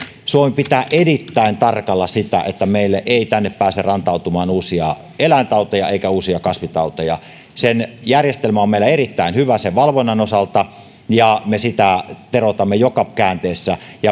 suomi pitää erittäin tarkalla sitä että meille ei tänne pääse rantautumaan uusia eläintauteja eikä uusia kasvitauteja järjestelmä on meillä erittäin hyvä sen valvonnan osalta ja me sitä teroitamme joka käänteessä